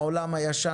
העולם הישן,